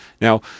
Now